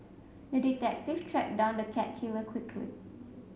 the detective tracked down the cat killer quickly